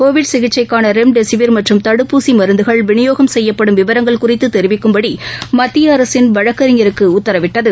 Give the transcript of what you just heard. Covid சிகிச்சைக்கானரெம்டெசிவிர் மற்றும் தடுப்பூசிமருந்துகள் விநியோகம் செய்யப்படும் விவரங்கள் குறித்ததெரிவிக்கும்படிமத்தியஅரசின் வழக்கறிஞருக்குஉத்தரவிட்டது